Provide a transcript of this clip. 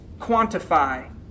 quantify